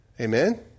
Amen